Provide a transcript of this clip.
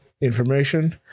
information